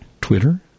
Twitter